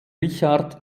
richard